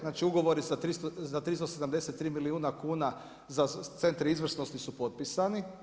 Znači ugovori za 373 milijuna kn, za centre izvrsnosti su potpisani.